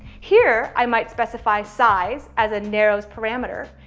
here, i might specify size as a narrows parameter.